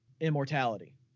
immortality